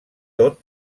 tot